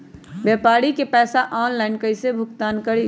व्यापारी के पैसा ऑनलाइन कईसे भुगतान करी?